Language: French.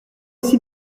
ici